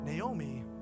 Naomi